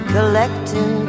Collecting